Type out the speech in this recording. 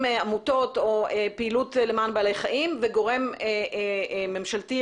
עמותות או פעילות למען בעלי חיים וגורם ממשלתי,